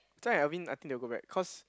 and Alvin I think they will go back cause